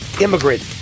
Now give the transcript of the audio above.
immigrant